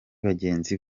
bagenzi